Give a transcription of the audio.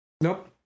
nope